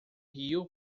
rio